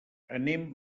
anem